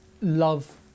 love